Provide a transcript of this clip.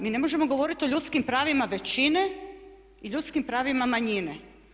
Mi ne možemo govoriti o ljudskim pravima većine i ljudskim pravima manjine.